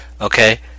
okay